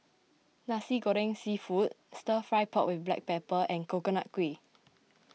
Nasi Goreng Seafood Stir Fry Pork with Black Pepper and Coconut Kuih